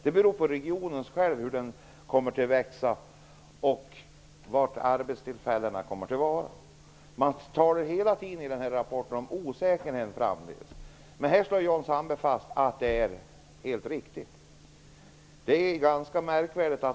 Det beror på hur regionen växer och var arbetstillfällena finns. I hela rapporten talas det om osäkerheten, men här slår Jan Sandberg fast att det är helt riktigt att genomföra Dennispaketet. Det är märkvärdigt.